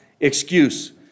excuse